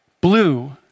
blue